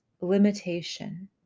limitation